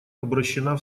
обращена